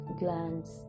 glands